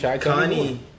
connie